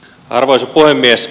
arvoisa puhemies